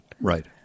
Right